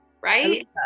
Right